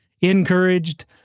encouraged